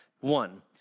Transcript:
One